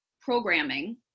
programming